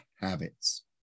habits